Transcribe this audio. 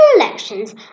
elections